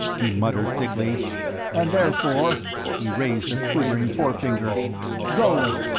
he muttered, thickly and therefore he raised a quivering forefinger go!